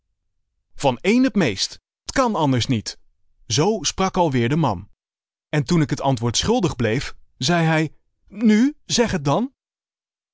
van één het meest t kan anders niet zoo sprak alweer de man en toen ik t antwoord schuldig bleef zeî hij nu zeg het dan